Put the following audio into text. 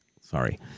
Sorry